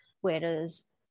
whereas